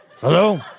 Hello